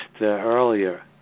earlier